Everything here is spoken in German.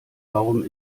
warum